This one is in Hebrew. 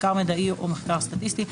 מחקר מדעי או מחקר סטטיסטי,